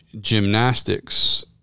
gymnastics